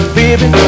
baby